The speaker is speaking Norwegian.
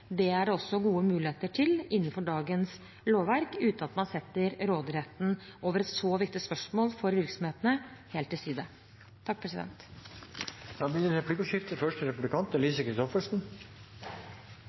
Det er det også gode muligheter til innenfor dagens lovverk, uten at man setter råderetten over et så viktig spørsmål for virksomhetene helt til side. Det blir replikkordskifte.